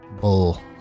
bull